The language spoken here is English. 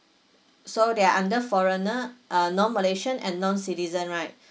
so they're under foreigner uh non malaysian and non citizen right